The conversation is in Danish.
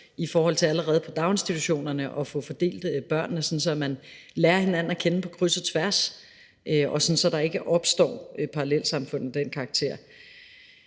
få fordelt børnene allerede i dagsinstitutionerne, sådan at man lærer hinanden at kende på kryds og tværs, og sådan at der ikke opstår parallelsamfund af den karakter.